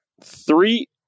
Three